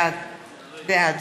בעד